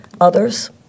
Others